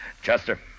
Chester